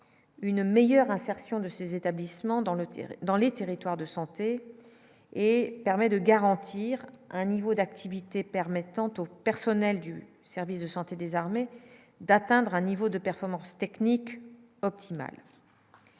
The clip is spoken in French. une meilleure insertion de ces établissements dans le Tir dans les territoires de santé et permet de garantir un niveau d'activité permettant au personnel du service de santé des armées d'atteindre un niveau de performance technique optimales.